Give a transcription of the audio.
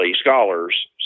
scholars